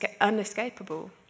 unescapable